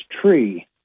tree